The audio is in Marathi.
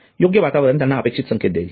योग्य वातावरण त्यांना अपेक्षित संकेत देईल